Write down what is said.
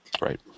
Right